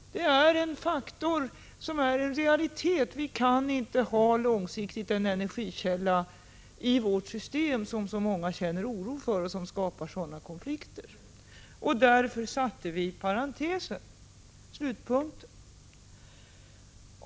Det är en faktor som är en realitet — vi kan inte långsiktigt ha en energikälla i vårt system som så många känner oro för och som skapar sådana konflikter. Därför satte vi parentesen, slutpunkten.